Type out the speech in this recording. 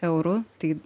eurų tai